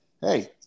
hey